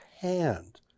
hand